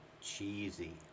Cheesy